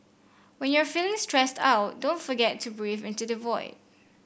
when you are feeling stressed out don't forget to breathe into the void